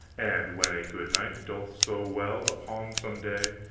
and when a good knight doth so well upon some day,